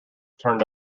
turned